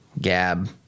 Gab